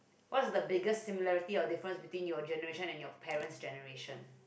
what is the biggest similarity or difference between your generation and your parent generation